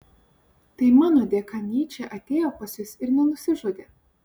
tai mano dėka nyčė atėjo pas jus ir nenusižudė